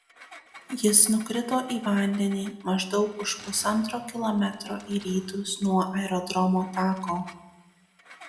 jis nukrito į vandenį maždaug už pusantro kilometro į rytus nuo aerodromo tako